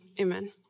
amen